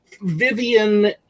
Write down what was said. Vivian